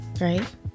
right